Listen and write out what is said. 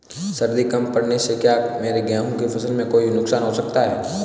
सर्दी कम पड़ने से क्या मेरे गेहूँ की फसल में कोई नुकसान हो सकता है?